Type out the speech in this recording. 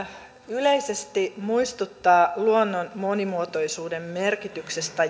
yleisesti muistuttaa luonnon monimuotoisuuden merkityksestä